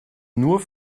nur